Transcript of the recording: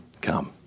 come